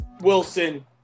Wilson